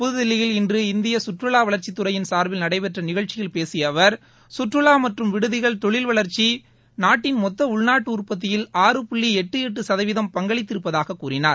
புதுதில்லியில் இன்று இந்திய சுற்றுலா வளர்ச்சி துறையின் சார்பில் நடைபெற்ற நிகழ்ச்சியில் பேசிய அவர் சுற்றுலா மற்றும் விடுதிகள் தொழில் வளர்ச்சி நாட்டின் மொத்த உள்நாட்டு உற்பத்தியில் ஆறு புள்ளி எட்டு எட்டு சதவீதம் பங்களித்திருப்பதாக கூறினார்